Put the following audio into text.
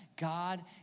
God